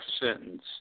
sentence